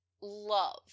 love